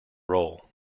roll